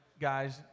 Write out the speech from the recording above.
guys